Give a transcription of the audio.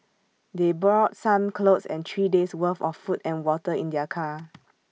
they brought some clothes and three days' worth of food and water in their car